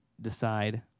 decide